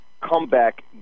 comeback